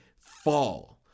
fall